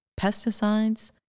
pesticides